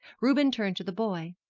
reuben turned to the boy.